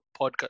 podcast